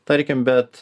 tarkim bet